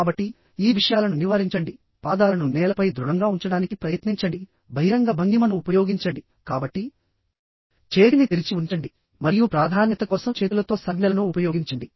కాబట్టి ఈ విషయాలను నివారించండి పాదాలను నేలపై దృఢంగా ఉంచడానికి ప్రయత్నించండి బహిరంగ భంగిమను ఉపయోగించండి కాబట్టి చేతిని తెరిచి ఉంచండి మరియు ప్రాధాన్యత కోసం చేతులతో సంజ్ఞలను ఉపయోగించండి